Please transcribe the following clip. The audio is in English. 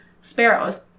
sparrows